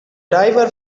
diver